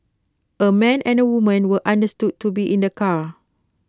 A man and A woman were understood to be in the car